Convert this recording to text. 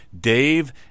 Dave